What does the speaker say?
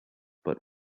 but